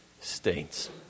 states